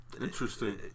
interesting